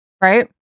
Right